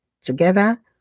Together